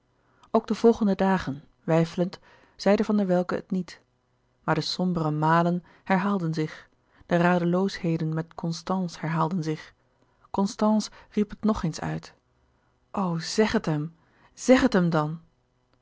ook de volgende dagen weifelend zeide van der welcke het niet maar de sombere malen herhaalden zich de radeloosheden met constance herhaalden zich constance riep het nog eens uit o zeg het hem zeg het hem dan